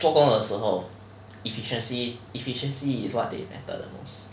做工的时候 efficiency efficiency is what they matter the most